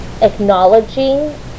acknowledging